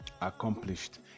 accomplished